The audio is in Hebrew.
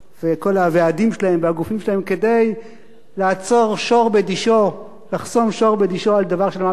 וכל הוועדים שלהן והגופים שלהן כדי לחסום שור בדישו על דבר של מה בכך,